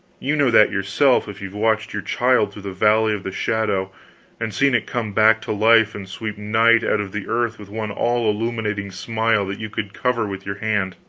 you know that yourself, if you've watched your child through the valley of the shadow and seen it come back to life and sweep night out of the earth with one all-illuminating smile that you could cover with your hand.